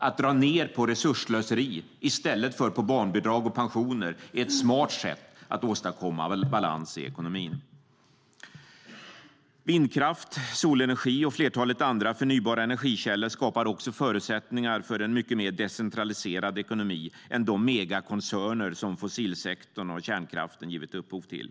Att dra ned på resursslöseri, i stället för på barnbidrag och pensioner, är ett smart sätt att åstadkomma balans i ekonomin. Vindkraft, solenergi och flertalet andra förnybara energikällor skapar också förutsättningar för en mycket mer decentraliserad ekonomi än de megakoncerner som fossilsektorn och kärnkraften givit upphov till.